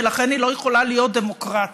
ולכן היא לא יכולה להיות דמוקרטית.